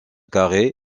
carey